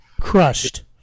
crushed